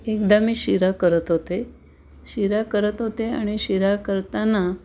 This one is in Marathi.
एकदा मी शिरा करत होते शिरा करत होते आणि शिरा करताना